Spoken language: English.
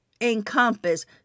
encompass